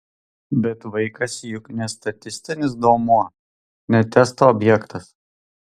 bet vaikas juk ne statistinis duomuo ne testo objektas